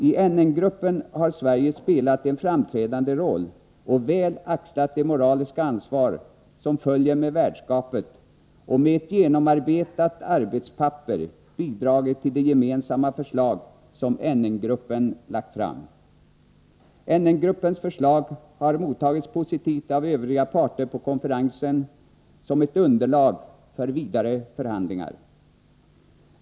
I NN-gruppen har Sverige spelat en framträdande roll och väl axlat det moraliska ansvar som följer med värdskapet, och med ett genomarbetat arbetspapper bidragit till det gemensamma förslag som NN-gruppen lagt fram. NN-gruppens förslag har mottagits positivt av övriga parter på konferensen som ett underlag för vidare förhandlingar.